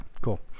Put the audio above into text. cool